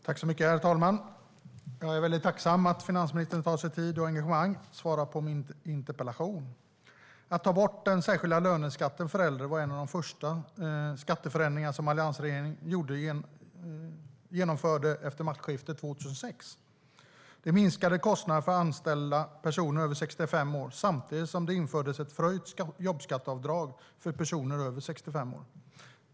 Herr talman! Jag är väldigt tacksam för att finansministern lägger tid och engagemang på att svara på min interpellation. Att ta bort den särskilda löneskatten för äldre var en av de första skatteförändringar alliansregeringen genomförde efter maktskiftet 2006. Det minskade kostnaden för att anställa personer över 65 år, och samtidigt infördes ett förhöjt jobbskatteavdrag för personer över 65 år.